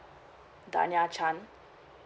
danya chan